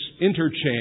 interchange